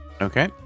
Okay